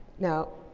now,